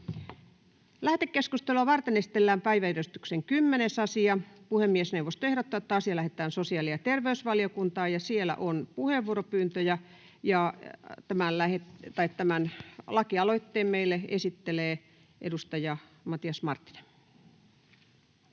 Lähetekeskustelua varten esitellään päiväjärjestyksen 10. asia. Puhemiesneuvosto ehdottaa, että asia lähetetään sosiaali- ja terveysvaliokuntaan. — Ja siellä on puheenvuoropyyntöjä. Tämän lakialoitteen meille esittelee edustaja Matias Marttinen.